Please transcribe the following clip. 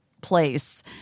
place